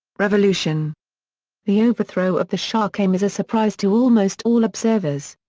revolution the overthrow of the shah came as a surprise to almost all observers.